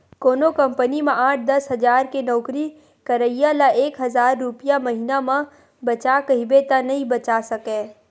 कोनो कंपनी म आठ, दस हजार के नउकरी करइया ल एक हजार रूपिया महिना म बचा कहिबे त नइ बचा सकय